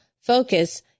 focus